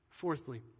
Fourthly